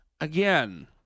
again